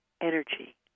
energy